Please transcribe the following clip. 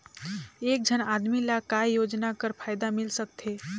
एक झन आदमी ला काय योजना कर फायदा मिल सकथे?